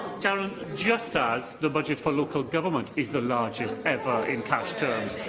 darren, just as the budget for local government is the largest ever in cash terms,